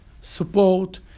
support